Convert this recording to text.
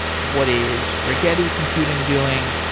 what is rigetti computing doing,